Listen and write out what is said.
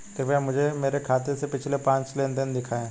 कृपया मुझे मेरे खाते से पिछले पांच लेनदेन दिखाएं